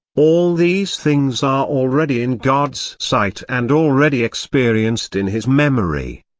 all these things are already in god's sight and already experienced in his memory.